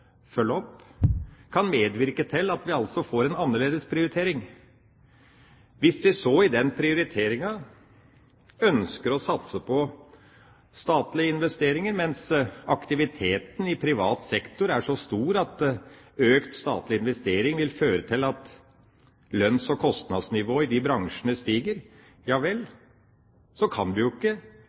følge opp, kan medvirke til at vi altså får en annerledes prioritering. Hvis vi så i den prioriteringa ønsker å satse på statlige investeringer, mens aktiviteten i privat sektor er så stor at økt statlig investering vil føre til at lønns- og kostnadsnivået i de bransjene stiger – ja vel, så kan vi jo ikke investere så mye som vi ønsker fordi helheten ikke